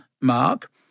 mark